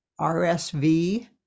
rsv